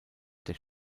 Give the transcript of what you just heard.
der